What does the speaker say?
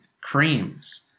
creams